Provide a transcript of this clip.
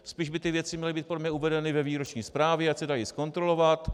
Spíš by ty věci měly být podle mě uvedeny ve výroční zprávě, ať se dají zkontrolovat.